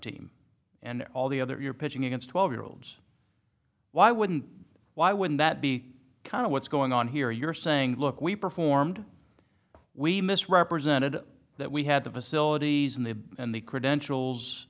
team and all the other you're pitching against twelve year olds why wouldn't why wouldn't that be kind of what's going on here you're saying look we performed we misrepresented that we had the facilities and the and the credentials